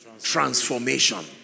transformation